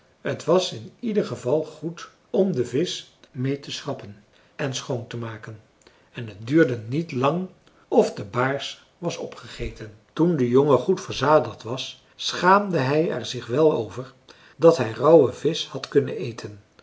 t was in ieder geval goed om den visch mee te schrappen en schoon te maken en het duurde niet lang of de baars was opgegeten toen de jongen goed verzadigd was schaamde hij er zich wel over dat hij rauwe visch had kunnen eten